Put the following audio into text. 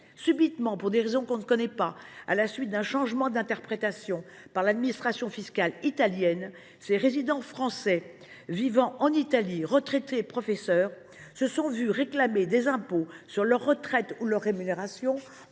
Subitement, pour des raisons que l’on ne connaît pas, à la suite d’un changement d’interprétation par l’administration fiscale italienne, ces résidents français vivant en Italie, retraités et professeurs, se sont vus réclamer des impôts sur leur retraite ou sur leur rémunération